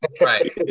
Right